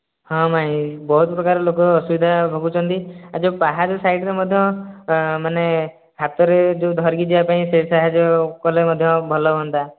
ହଁ ମାଇଁ ବହୁତ ପ୍ରକର ଲୋକ ଅସୁବିଧା ଭୋଗୁଛନ୍ତି ଏ ଯେଉଁ ପାହାଡ଼ ସାଇଡ଼୍ରେ ମଧ୍ୟ ମାନେ ହାତରେ ଯେଉଁ ଧରିକି ଯିବା ପାଇଁ ସେ ସାହାଯ୍ୟ କଲେ ମଧ୍ୟ ଭଲ ହୁଅନ୍ତା